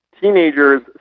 Teenagers